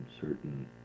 certain